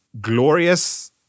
glorious